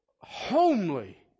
homely